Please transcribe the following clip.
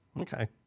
Okay